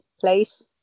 place